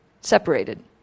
Separated